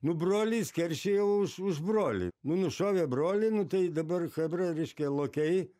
nu brolis keršija už už brolį nu nušovė brolį nu tai dabar chebra reiškia lokiai